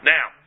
Now